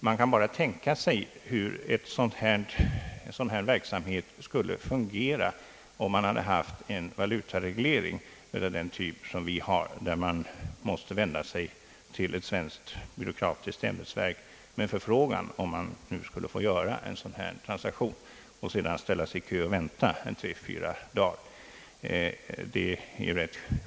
Man kan bara tänka sig hur en verksamhet av detta slag skulle fungera om man hade haft en valutareglering av den typ som vi har, där man måste vända sig till ett byråkratiskt svenskt ämbetsverk med en förfrågan om möjlig heten att få göra en sådan här transaktion och sedan ställa sig i kö och vänta tre å fyra dagar.